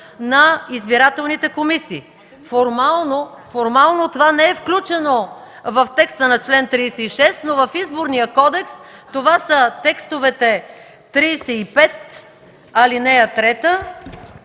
на избирателните комисии. Формално това не е включено в текста на чл. 36, но в Изборния кодекс това са текстовете 35, ал. 3